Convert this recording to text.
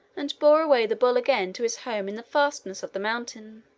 and bore away the bull again to his home in the fastnesses of the mountain.